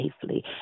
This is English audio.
safely